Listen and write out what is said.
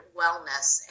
wellness